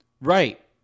Right